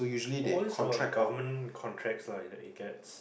always are like government contracts ah it gets